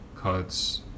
cuts